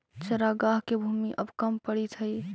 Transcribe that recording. चरागाह के भूमि अब कम पड़ीत हइ